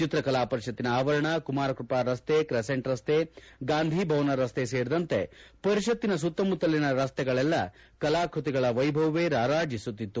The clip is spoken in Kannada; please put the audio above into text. ಚಿತ್ರಕಲಾ ಪರಿಷತ್ತಿನ ಆವರಣ ಕುಮಾರಕೃಪಾ ರಸ್ತೆ ತ್ರೆಸೆಂಟ್ ರಸ್ತೆ ಗಾಂಧಿಭವನ ರಸ್ತೆ ಸೇರಿದಂತೆ ಪರಿಷತ್ತಿನ ಸುತ್ತಮುತ್ತಲಿನ ರಸ್ತೆಗಳಲ್ಲೆಲ್ಲ ಕಲಾಕೃತಿಗಳ ವೈಭವವೇ ರಾರಾಜಿಸುತ್ತಿತ್ತು